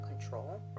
control